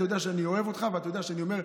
אתה יודע שאני אוהב אותך ואתה יודע שאני אומר,